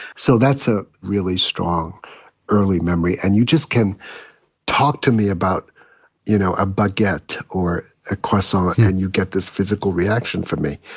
so that's a really, really strong early memory. and you just can talk to me about you know a baguette or a croissant and you get this physical reaction from me,